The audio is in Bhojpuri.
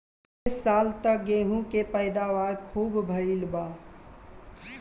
ए साल त गेंहू के पैदावार खूब भइल बा